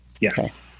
Yes